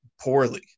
poorly